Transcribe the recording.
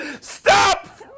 Stop